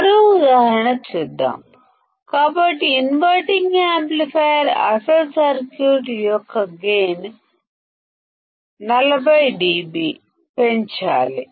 మరో ఉదాహరణ చూద్దాం కాబట్టి ఇన్వర్టింగ్ యాంప్లిఫైయర్లో అసలు సర్క్యూట్ యొక్క గైన్ 40 dB పెంచాలి